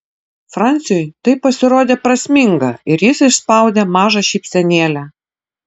franciui tai pasirodė prasminga ir jis išspaudė mažą šypsenėlę